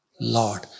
Lord